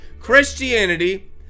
christianity